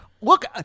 Look